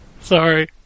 Sorry